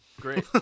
Great